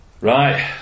Right